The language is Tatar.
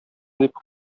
дип